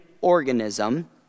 organism